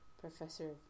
Professor